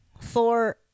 Thor